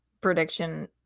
prediction